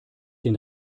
den